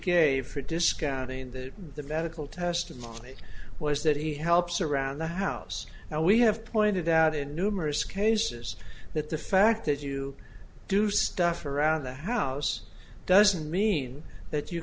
gave for discounting that the medical testimony was that he helps around the house now we have pointed out in numerous cases that the fact that you do stuff around the house doesn't mean that you